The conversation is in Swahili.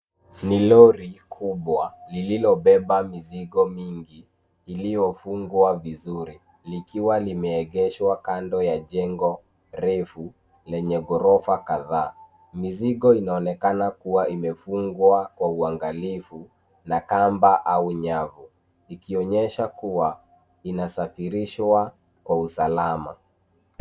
Ni lori kubwa lililobeba mizigo mingi iliyofungwa vizuri, likiwa limeegeshwa kando ya jengo refu lenye ghorofa kadhaa. Mizigo inaonekana kua imefungwa kwa uangalifu na kamba au nyavu, likionyesha kua linasafirishwa kwa usalama.